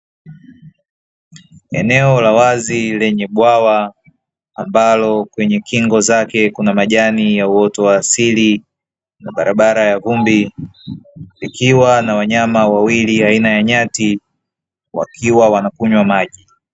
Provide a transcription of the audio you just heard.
Eneo la wazi lenye bwawa ambalo kwenye kingo zake kuna majani ya uoto wa asili na barabara ya vumbi, ikiwa na wanyama wawili aina ya nyati wakiwa wanakunywa maji.